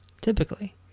typically